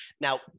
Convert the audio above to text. Now